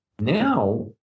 Now